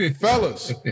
fellas